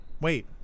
Wait